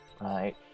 right